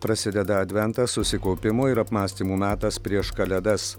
prasideda adventas susikaupimo ir apmąstymų metas prieš kalėdas